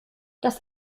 das